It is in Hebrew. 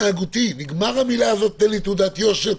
נגמר המצב הזה של "תן לי תעודת יושר",